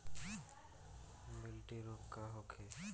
गिलटी रोग का होखे?